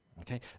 okay